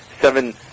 seven